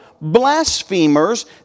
blasphemers